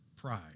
Pride